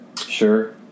sure